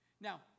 Now